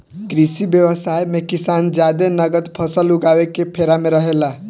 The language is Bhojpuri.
कृषि व्यवसाय मे किसान जादे नगद फसल उगावे के फेरा में रहेला